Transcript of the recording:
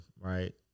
right